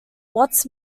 watts